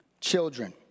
children